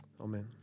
Amen